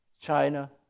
China